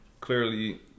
clearly